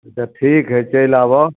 तऽ ठीक हय चैलि आबऽ